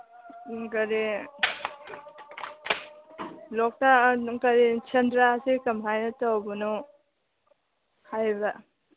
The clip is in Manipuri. ꯒꯥꯔꯤ ꯂꯣꯛꯇꯥꯛ ꯀꯔꯤ ꯁꯦꯟꯗ꯭ꯔꯥꯁꯦ ꯀꯃꯥꯏꯅ ꯇꯧꯕꯅꯣ ꯍꯥꯏꯕ